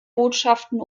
botschaften